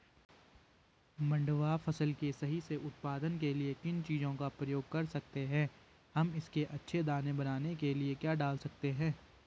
मंडुवा फसल के सही से उत्पादन के लिए किन चीज़ों का प्रयोग कर सकते हैं हम इसके अच्छे दाने बनाने के लिए क्या डाल सकते हैं?